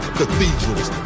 cathedrals